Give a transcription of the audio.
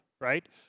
right